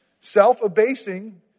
self-abasing